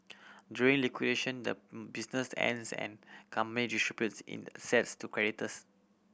during liquidation the business ends and company distributes in assets to creditors